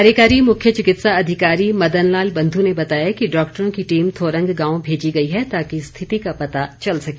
कार्यकारी मुख्य चिकित्सा अधिकारी मदन लाल बंधु ने बताया कि डॉक्टरों की टीम थोरंग गांव भेजी गई है ताकि स्थिति का पता चल सके